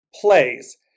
plays